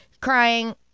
crying